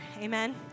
Amen